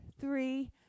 three